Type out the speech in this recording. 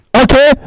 okay